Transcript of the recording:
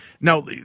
now